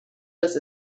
was